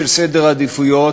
של סדר עדיפויות,